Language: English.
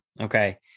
Okay